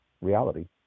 reality